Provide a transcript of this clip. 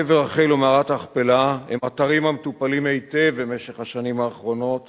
קבר רחל ומערת המכפלה הם אתרים המטופלים היטב במשך השנים אחרונות